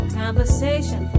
conversation